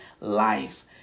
life